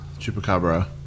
chupacabra